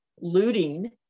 looting